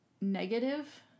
negative